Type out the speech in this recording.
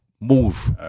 move